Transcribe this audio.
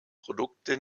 produkte